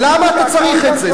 למה אתה צריך את זה?